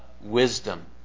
wisdom